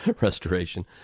restoration